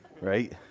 right